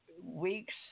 weeks